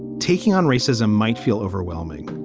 taking on racism might feel overwhelming,